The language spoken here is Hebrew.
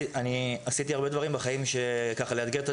אני עשיתי הרבה דברים בחיים ככה של להרגיע את